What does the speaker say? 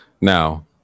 Now